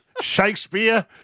Shakespeare